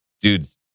dudes